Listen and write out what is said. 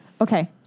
Okay